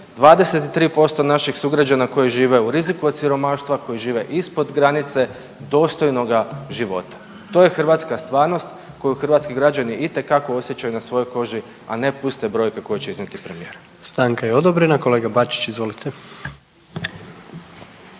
23% naših sugrađana koji žive u riziku od siromaštva, koji žive ispod granice dostojnoga života. To je hrvatska stvarnost koju hrvatski građani itekako osjećaju na svojoj koži, a ne puste brojke koje će iznijeti premijer. **Jandroković, Gordan